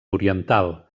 oriental